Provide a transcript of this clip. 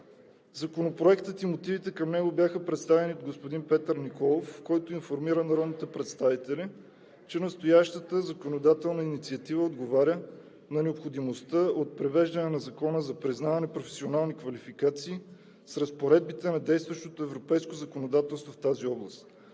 Законопроектът и мотивите към него бяха представени от господин Петър Николов, който информира народните представители, че настоящата законодателна инициатива отговаря на необходимостта от привеждане на Закона за признаване професионални квалификации (ЗППК) с разпоредбите на действащото европейско законодателство в тази област.